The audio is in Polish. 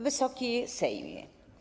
Wysoki Sejmie!